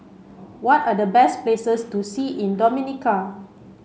what are the best places to see in Dominica